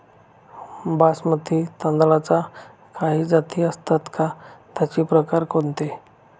बासमती तांदळाच्या काही जाती असतात का, त्याचे प्रकार कोणते?